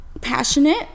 passionate